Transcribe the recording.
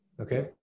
okay